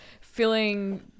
feeling